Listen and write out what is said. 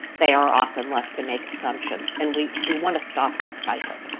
they are often left to make assumptions and we we wanna stop that cycle,